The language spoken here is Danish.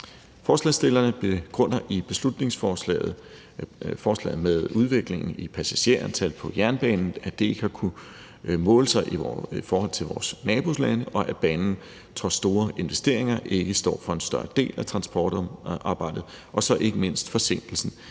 Forslagsstillerne begrunder beslutningsforslaget med, at udviklingen i passagertallet på jernbanen ikke har kunnet måle sig med vores nabolandes, og at banen trods store investeringer ikke står for en større del af transportarbejdet, og så ikke mindst med forsinkelsen